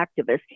activists